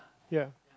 ya